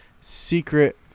Secret